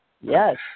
yes